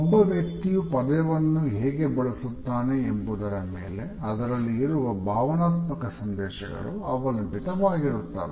ಒಬ್ಬ ವ್ಯಕ್ತಿಯು ಪದಗಳನ್ನು ಹೇಗೆ ಬಳಸುತ್ತಾನೆ ಎಂಬುದರ ಮೇಲೆ ಅದರಲ್ಲಿ ಇರುವ ಭಾವನಾತ್ಮಕ ಸಂದೇಶಗಳು ಅವಲಂಬಿತರಾಗಿರುತ್ತವೆ